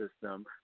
system